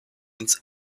ins